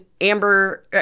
Amber